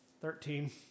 thirteen